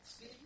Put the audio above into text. See